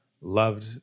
loved